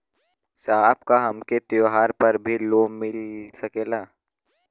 साहब का हमके त्योहार पर भी लों मिल सकेला?